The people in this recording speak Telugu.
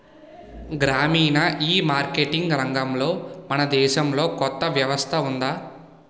గ్రామీణ ఈమార్కెటింగ్ రంగంలో మన దేశంలో కొత్త వ్యవస్థ ఉందా?